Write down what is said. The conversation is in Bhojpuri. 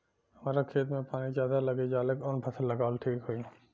हमरा खेत में पानी ज्यादा लग जाले कवन फसल लगावल ठीक होई?